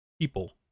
people